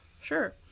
sure